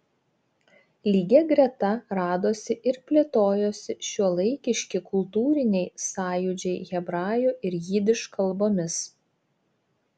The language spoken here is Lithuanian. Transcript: lygia greta radosi ir plėtojosi šiuolaikiški kultūriniai sąjūdžiai hebrajų ir jidiš kalbomis